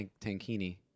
tankini